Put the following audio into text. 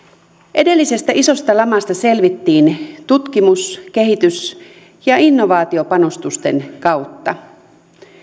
edellisestä isosta lamasta selvittiin tutkimus kehitys ja innovaatiopanostusten kautta